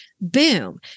Boom